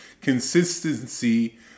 consistency